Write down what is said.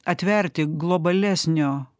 atverti globalesnio